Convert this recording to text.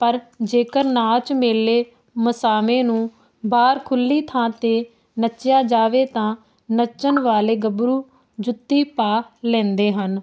ਪਰ ਜੇਕਰ ਨਾਚ ਮੇਲੇ ਮਸਾਵੇਂ ਨੂੰ ਬਾਹਰ ਖੁੱਲ੍ਹੀ ਥਾਂ 'ਤੇ ਨੱਚਿਆ ਜਾਵੇ ਤਾਂ ਨੱਚਣ ਵਾਲੇ ਗੱਭਰੂ ਜੁੱਤੀ ਪਾ ਲੈਂਦੇ ਹਨ